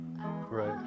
Right